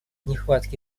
нехватки